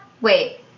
wait